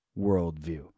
worldview